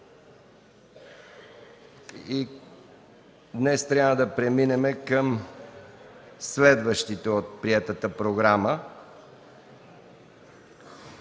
Днес трябва да преминем към следващите точки от приетата програма.